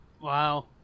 Wow